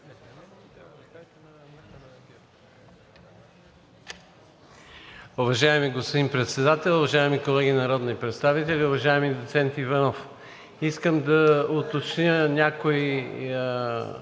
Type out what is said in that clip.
Уважаеми господин Председател, уважаеми колеги народни представители, уважаеми доцент Иванов! Искам да внеса някои